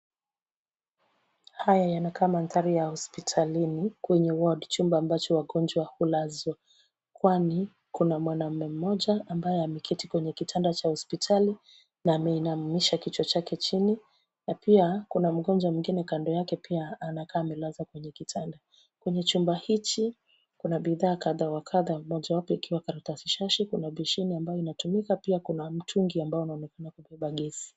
Haya yanakaa mandhari ya hospitalini, kwenye wodi, chumba ambacho wagonjwa hulazwa, kwani kuna mwanaume mmoja ambaye ameketi kwenye kitanda cha hospitali na ameinamisha kichwa chake chini na pia kuna mgonjwa mwingine kando yake pia anakaa amelazwa kwenye kitanda. Kwenye chumba hichi, kuna bidhaa kadha wa kadha, mojawapo ikiwa karatasi shashi, kuna besheni ambayo inayotumika pia kuna mtungi ambao unaonekana kubeba gesi.